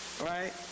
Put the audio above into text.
right